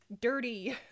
dirty